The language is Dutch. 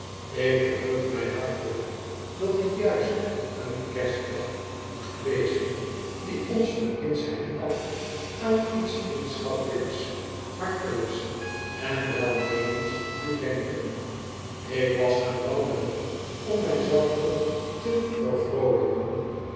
ik verheug my hartelijk dat dit juist een kerstdag moest wezen die ons van onze kindsheid af aan iets vriendschappelyks hartelyks en welmeenends doet denken ik was gaan wandelen om my zelven te